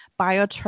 biotech